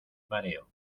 mareo